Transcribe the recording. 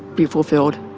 be fulfilled.